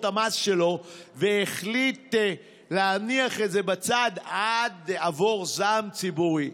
המס שלו והחליט להניח את זה בצד עד עבור זעם ציבורי.